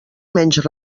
menys